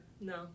No